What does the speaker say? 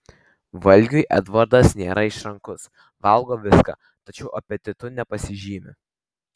valgiui edvardas nėra išrankus valgo viską tačiau apetitu nepasižymi